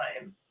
time